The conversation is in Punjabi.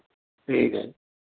ਠੀਕ ਹੈ